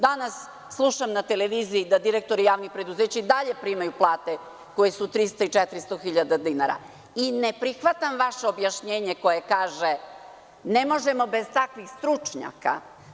Danas slušam na televiziji da direktori javnih preduzeća i dalje primaju plate koje su 300.000 i 400.000 dinara i ne prihvatam vaše objašnjenje koje kaže – ne možemo bez takvih stručnjaka.